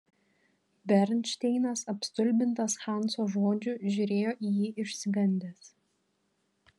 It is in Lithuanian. bernšteinas apstulbintas hanso žodžių žiūrėjo į jį išsigandęs